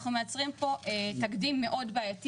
אנחנו מייצרים פה תקדים מאוד בעייתי.